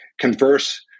converse